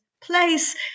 place